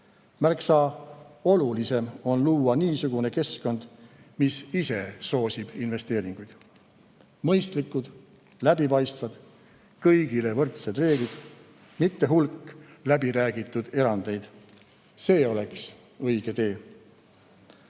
Märksa olulisem on luua niisugune keskkond, mis ise soosib investeeringuid. Mõistlikud, läbipaistvad, kõigile võrdsed reeglid, mitte hulk läbiräägitud erandeid – see oleks õige tee.